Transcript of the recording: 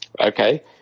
Okay